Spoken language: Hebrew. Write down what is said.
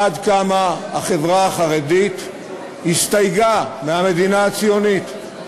עד כמה החברה החרדית הסתייגה מהמדינה הציונית.